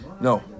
No